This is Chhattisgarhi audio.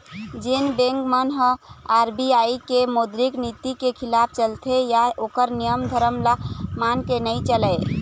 जेन बेंक मन ह आर.बी.आई के मौद्रिक नीति के खिलाफ चलथे या ओखर नियम धरम ल मान के नइ चलय